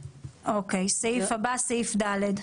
הסעיף הבא סעיף (ד).